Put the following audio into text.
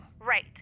Right